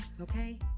okay